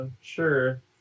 sure